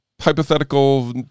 Hypothetical